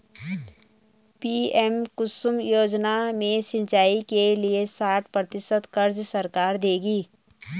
PM Kusum योजना में सिंचाई के लिए साठ प्रतिशत क़र्ज़ सरकार देगी